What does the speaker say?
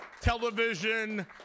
television